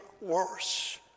worse